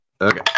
Okay